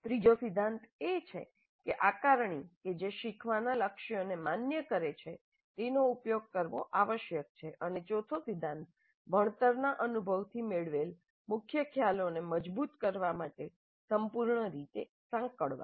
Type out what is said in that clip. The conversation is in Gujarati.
ત્રીજો સિદ્ધાંત એ છે કે આકારણી કે જે શીખવાના લક્ષ્યોને માન્ય કરે છે તેનો ઉપયોગ કરવો આવશ્યક છે અને ચોથો સિધ્ધાંત ભણતરના અનુભવથી મેળવેલા મુખ્ય ખ્યાલોને મજબૂત કરવા માટે સંપૂર્ણ રીતે સાંકળવા